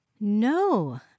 No